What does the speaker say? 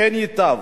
כן ייטב.